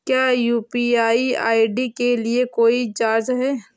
क्या UPI ID के लिए कोई चार्ज है?